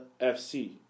FC